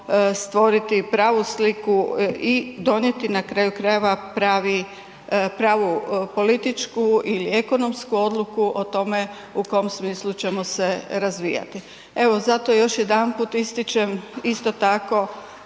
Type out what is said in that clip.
stvoriti pravu sliku i donijeti na kraju krajeva pravu političku ili ekonomsku odluku o tome u kom smislu ćemo se razvijati. Evo zato još jedanput ističem isto tako